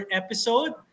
episode